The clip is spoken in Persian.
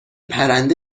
پرنده